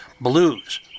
blues